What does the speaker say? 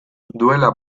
duela